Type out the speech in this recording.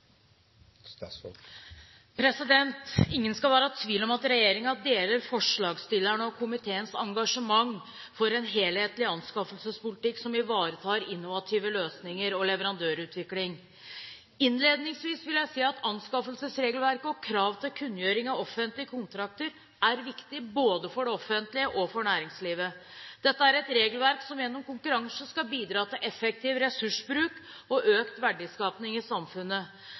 fremover. Ingen skal være i tvil om at regjeringen deler forslagsstillerne og komiteens engasjement for en helhetlig anskaffelsespolitikk som ivaretar innovative løsninger og leverandørutvikling. Innledningsvis vil jeg si at anskaffelsesregelverket og kravet til kunngjøring av offentlige kontrakter er viktig både for det offentlige og for næringslivet. Dette er et regelverk som gjennom konkurranse skal bidra til effektiv ressursbruk og økt verdiskapning i samfunnet.